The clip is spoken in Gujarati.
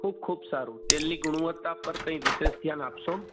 ખૂબ સારું તેલની ગુણવત્તા પર કઈ વિશેષ ધ્યાન આપશો